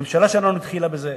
הממשלה שלנו התחילה בזה,